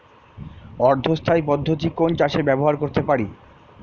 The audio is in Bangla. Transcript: অর্ধ স্থায়ী পদ্ধতি কোন চাষে ব্যবহার করতে পারি?